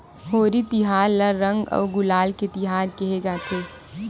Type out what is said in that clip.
होरी तिहार ल रंग अउ गुलाल के तिहार केहे जाथे